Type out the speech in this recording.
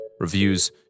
Reviews